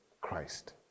Christ